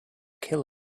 kill